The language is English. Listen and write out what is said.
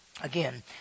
Again